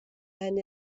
and